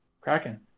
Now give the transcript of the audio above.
Kraken